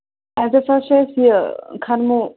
اَتٮ۪تھ حظ چھِ اَسہِ یہِ کھَنٕموٗ